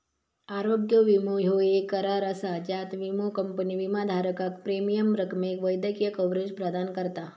आरोग्य विमो ह्यो येक करार असा ज्यात विमो कंपनी विमाधारकाक प्रीमियम रकमेक वैद्यकीय कव्हरेज प्रदान करता